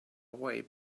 way